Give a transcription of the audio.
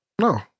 No